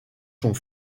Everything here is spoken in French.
sont